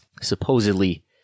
Supposedly